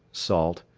salt,